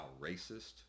racist